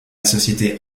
société